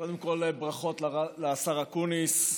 קודם כול ברכות לשר אקוניס.